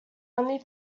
only